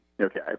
Okay